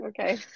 Okay